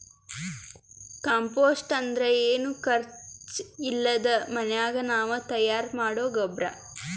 compost ಅಂದ್ರ ಏನು ಖರ್ಚ್ ಇಲ್ದೆ ಮನ್ಯಾಗೆ ನಾವೇ ತಯಾರ್ ಮಾಡೊ ಗೊಬ್ರ